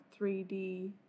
3d